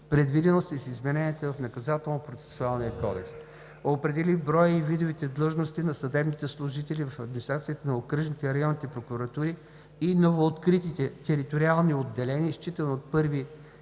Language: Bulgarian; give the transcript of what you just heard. Наказателно-процесуалния кодекс; - определи броя и видовете длъжности на съдебните служители в администрацията на окръжните и районните прокуратури и новооткритите териториални отделения, считано от 1